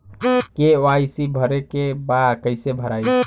KYC भरे के बा कइसे भराई?